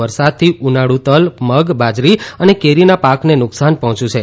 વરસાદથી ઉનાળુ તલ મગ બાજરી અને કેરીના પાકને નુકસાન પહોંચ્યું છે